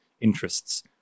interests